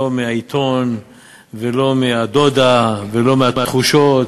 לא מהעיתון ולא מהדודה ולא מהתחושות,